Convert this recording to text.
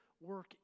work